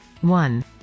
One